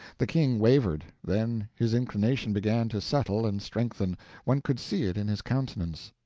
the king wavered, then his inclination began to settle and strengthen one could see it in his countenance.